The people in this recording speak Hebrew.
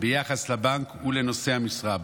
ביחס לבנק ולנושאי המשרה בו,